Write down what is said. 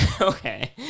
Okay